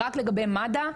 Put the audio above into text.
רק לגבי מד"א,